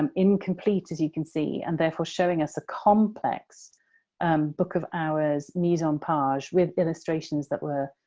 um incomplete, as you can see, and therefore showing us a complex book of hours mise-en-page with illustrations that were,